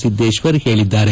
ಸಿದ್ದೇಶ್ವರ ಹೇಳಿದ್ದಾರೆ